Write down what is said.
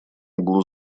углу